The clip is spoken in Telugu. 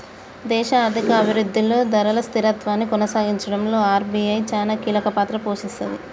దేశ ఆర్థిక అభిరుద్ధిలో ధరల స్థిరత్వాన్ని కొనసాగించడంలో ఆర్.బి.ఐ చానా కీలకపాత్ర పోషిస్తది